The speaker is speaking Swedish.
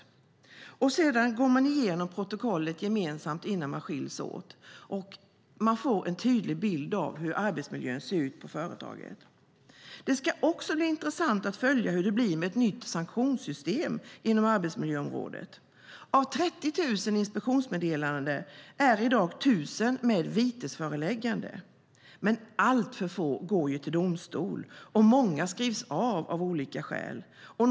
Sedan går man igenom protokollet gemensamt innan man skiljs åt. Man får en tydlig bild av hur arbetsmiljön ser ut på företaget. Det ska också bli intressant att följa hur det blir med ett nytt sanktionssystem inom arbetsmiljöområdet. Av 30 000 inspektionsmeddelanden är i dag 1 000 med vitesförelägganden, men alltför få går till domstol och många skrivs av olika skäl av.